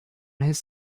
his